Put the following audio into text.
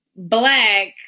Black